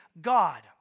God